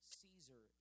Caesar